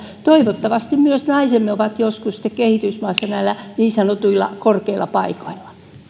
toivottavasti naisemme ovat joskus myös kehitysmaissa näillä niin sanotuilla korkeilla paikoilla